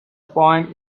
point